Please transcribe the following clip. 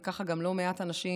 וככה גם לא מעט אנשים,